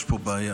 יש פה בעיה.